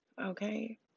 Okay